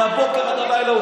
מהבוקר עד הלילה,